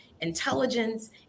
intelligence